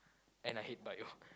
and I hate bio